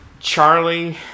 Charlie